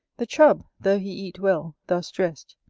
the chub, though he eat well, thus dressed,